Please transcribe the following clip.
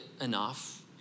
enough